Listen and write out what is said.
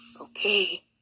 Okay